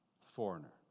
foreigner